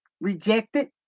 rejected